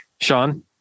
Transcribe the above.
Sean